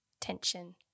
tension